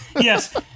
Yes